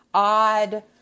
odd